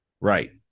Right